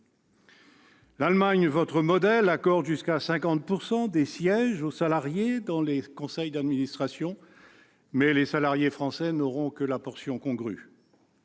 la secrétaire d'État, accorde jusqu'à 50 % des sièges aux salariés dans les conseils d'administration, mais les salariés français n'auront que la portion congrue.